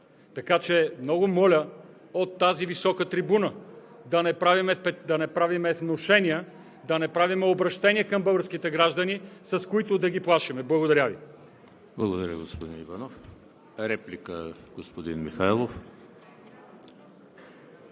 Така че, много моля от тази висока трибуна да не правим внушения, да не правим обръщения към българските граждани, с които да ги плашим. Благодаря Ви. ПРЕДСЕДАТЕЛ ЕМИЛ ХРИСТОВ: Благодаря, господин Иванов. Реплика – господин Михайлов.